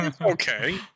okay